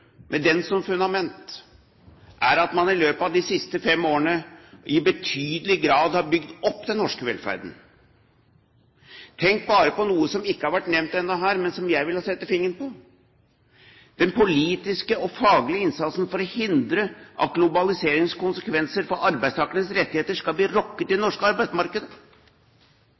med den som fundament, er at man i løpet av de siste fem årene i betydelig grad har bygd opp den norske velferden. Tenk bare på noe som ikke har vært nevnt her ennå, men som jeg vil sette fingeren på: den politiske og faglige innsatsen for å hindre at globaliseringskonsekvenser for arbeidstakernes rettigheter skal bli rokket i det norske